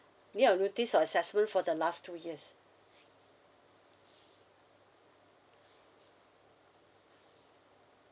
year of notice of assessment for the last two years